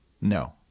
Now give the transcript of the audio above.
No